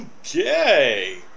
Okay